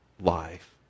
life